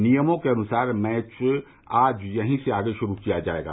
नियमों के अनुसार मैच आज यहीं से आगे शुरू किया जाएगा